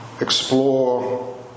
explore